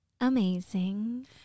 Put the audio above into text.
Amazing